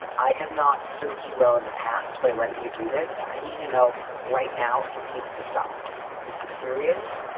i have not served you well in the past by letting you do this. i need to know right now it needs to stop. and this is serious.